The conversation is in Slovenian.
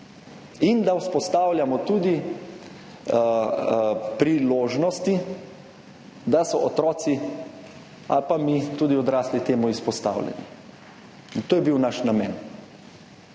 in da vzpostavljamo tudi priložnosti, da so otroci ali pa mi, tudi odrasli, temu izpostavljeni. In to je bil naš namen.